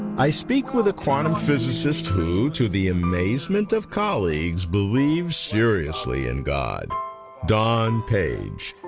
i speak with a quantum physicist who, to the amazement of colleagues, believe seriously in god don page.